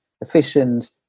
efficient